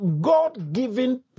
God-given